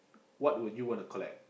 what would you want to collect